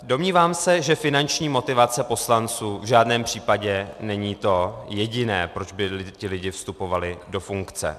Domnívám se, že finanční motivace poslanců v žádném případě není to jediné, proč by lidé vstupovali do funkce.